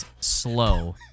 slow